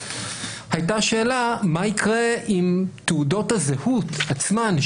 הייתה שאלה מה יקרה אם תעודות הזהות עצמן,